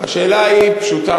השאלה היא פשוטה,